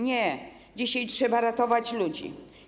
Nie, dzisiaj trzeba ratować ludzi.